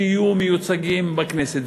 שיהיו מיוצגים בכנסת.